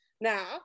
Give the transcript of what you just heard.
Now